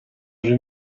raibh